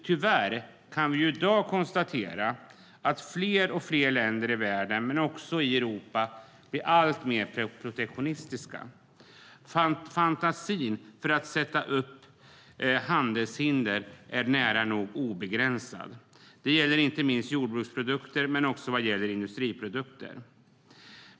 Tyvärr kan vi i dag konstatera att fler och fler länder i världen och i Europa blir alltmer protektionistiska. Fantasin när det gäller att sätta upp handelshinder är nära nog obegränsad. Det gäller inte minst jordbruksprodukter men också industriprodukter.